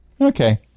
Okay